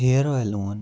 hair اۄیِل اوٚن